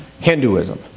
Hinduism